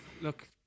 look